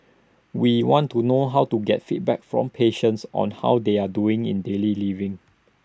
we want to know how to get feedback from patients on how they are doing in daily living